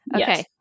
Okay